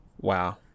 Wow